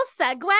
segue